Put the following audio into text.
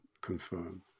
confirmed